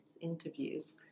interviews